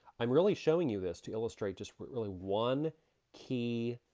i'm really showing you this to illustrate just really one key